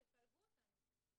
תפלגו אותנו.